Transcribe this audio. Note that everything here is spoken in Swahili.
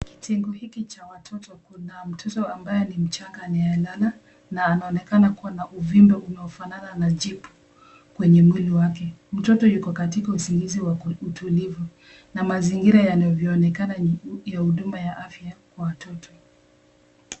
Kitengo hiki cha watoto kuna mtoto ambaye ni mchanga anayelala na anaonekana kuwa na uvindo unaofanana na jipu kwenye mwili wake. Mtoto yuko katika usingizi wa utulivu na mazingira yanavyoonekana ni ya huduma ya afya kwa watoto.